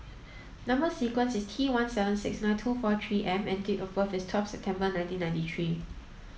number sequence is T one seven six nine two four three M and date of birth is twelfth September nineteen ninety three